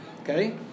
okay